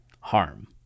harm